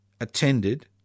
attended